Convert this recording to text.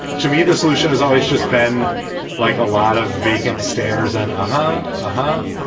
um to me the solution has always just been like a lot of vacant stares and. aha. ah huh.